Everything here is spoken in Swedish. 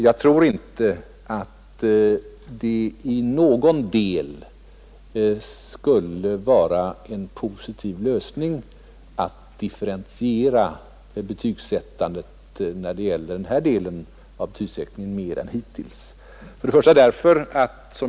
Jag tror inte att det skulle ligga något positivt i att differentiera betygssystemet när det gäller den här delen av betygsättningen mer än hittills.